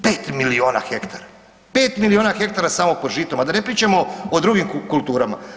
5 milijuna hektara, 5 milijuna hektara samo pod žitom, a da ne pričamo o drugim kulturama.